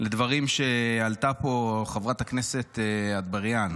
לדברים שהעלתה פה חברת הכנסת אטבריאן.